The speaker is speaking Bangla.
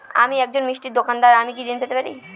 আমি একজন মিষ্টির দোকাদার আমি কি ঋণ পেতে পারি?